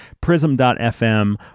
Prism.fm